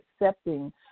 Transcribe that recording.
accepting